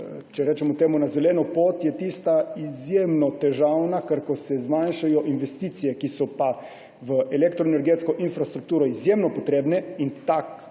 če rečemo temu, na zeleno pot, je tista izjemno težavna, ker ko se zmanjšajo investicije v elektroenergetsko infrastrukturo, ki so pa izjemno potrebne, in taka